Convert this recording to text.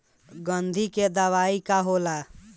गंधी के दवाई का होला?